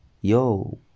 yo